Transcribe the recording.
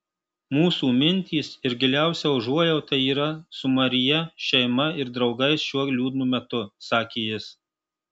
mūsų mintys ir giliausia užuojauta yra su maryje šeima ir draugais šiuo liūdnu metu sakė jis